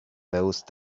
those